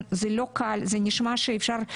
זה לא קל, זה נשמע שאפשר,